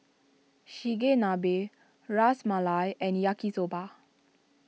Chigenabe Ras Malai and Yaki Soba